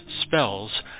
spells